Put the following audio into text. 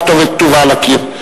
הכתובת כתובה על הקיר.